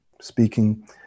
speaking